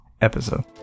episode